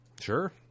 Sure